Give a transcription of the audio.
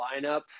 lineup